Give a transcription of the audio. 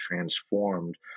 transformed